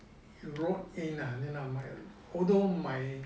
rode in ah although my